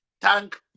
thank